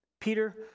Peter